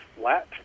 flat